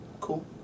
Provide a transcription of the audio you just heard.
cool